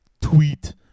tweet